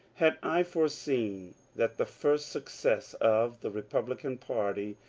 had i foreseen that the first success of the re publican party,